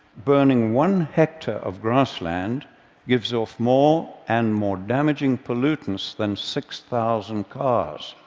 burning one hectare of grassland gives off more, and more damaging, pollutants than six thousand cars.